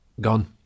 gone